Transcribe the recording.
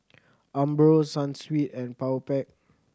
Umbro Sunsweet and Powerpac